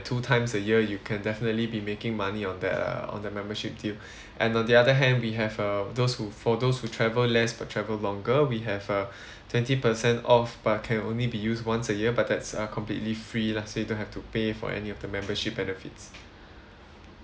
two times a year you can definitely be making money on that err on the membership deal and the other hand we have uh those who for those who travel less but travel longer we have a twenty percent off but can only be used once a year but that's uh completely free lah so you don't have to pay for any of the membership benefits